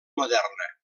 moderna